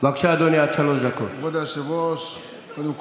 בבתי דין יושבים דיינים,